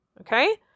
Okay